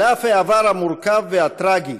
על אף העבר המורכב והטרגי,